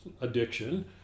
addiction